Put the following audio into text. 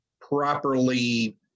properly